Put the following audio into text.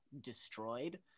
destroyed